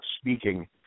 speaking